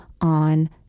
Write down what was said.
on